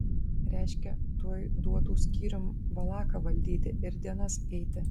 reiškia tuoj duotų skyrium valaką valdyti ir dienas eiti